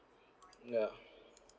ya